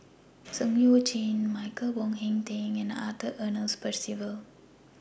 Zeng Shouyin Michael Wong Hong Teng and Arthur Ernest Percival